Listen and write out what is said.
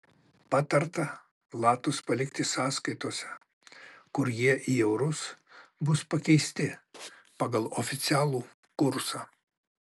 patarta latus palikti sąskaitose kur jie į eurus buvo pakeisti pagal oficialų kursą